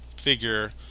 figure